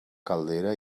caldera